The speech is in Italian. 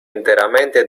interamente